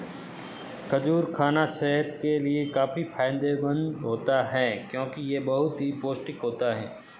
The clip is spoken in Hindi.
खजूर खाना सेहत के लिए काफी फायदेमंद होता है क्योंकि यह बहुत ही पौष्टिक होता है